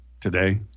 today